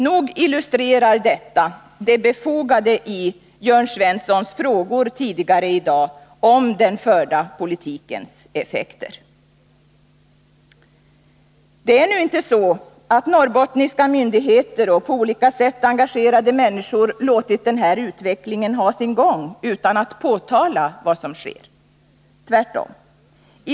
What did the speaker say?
Nog illustrerar detta det befogade i Jörn Svenssons frågor tidigare i dag om den förda politikens effekter. Det är nu inte så att norrbottniska myndigheter och på olika sätt engagerade människor låtit den här utvecklingen ha sin gång utan att man påtalat vad som skett — tvärtom.